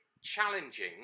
challenging